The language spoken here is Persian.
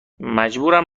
مجبورم